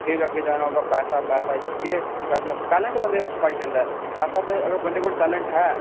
कुतै बी अग्गै जाना होग ते पैसा पैसा केह् पैसा टेलेंट बंदे दा छुपाई जंदा पैसा ते अगर बंदे कोल टेलेंट है